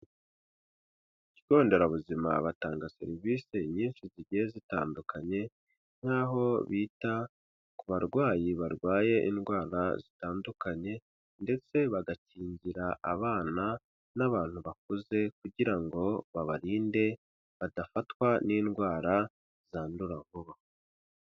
Ikigo nderabuzima batanga serivisi nyinshi zigiye zitandukanye nk'aho bita ku barwayi barwaye indwara zitandukanye ndetse bagakingira abana n'abantu bakuze, kugira ngo babarinde badafatwa n'indwara zandura vuba.